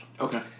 Okay